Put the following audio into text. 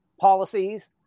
policies